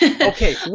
Okay